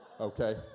okay